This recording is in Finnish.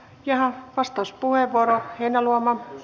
jaaha vastauspuheenvuoro heinäluoma